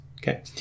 okay